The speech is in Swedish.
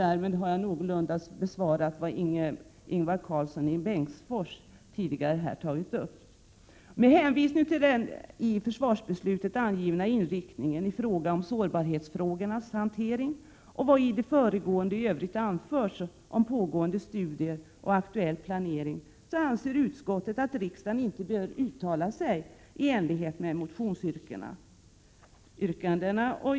Därmed har jag någorlunda besvarat vad Ingvar Karlsson i Bengtsfors tidigare berört. Med hänvisning till den i försvarsbeslutet angivna inriktningen i fråga om sårbarhetsfrågornas hantering, och vad som i det föregående i övrigt anförts om pågående studier och aktuell planering, anser utskottet att riksdagen inte bör uttala sig i enlighet med motionsyrkanden.